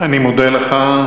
אני מודה לך.